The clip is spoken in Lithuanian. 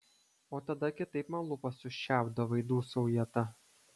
o tada kitaip man lūpas užčiaupdavai dūsauja ta